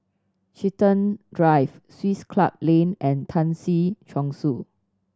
Chiltern Drive Swiss Club Lane and Tan Si Chong Su